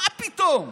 מה פתאום.